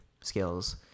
skills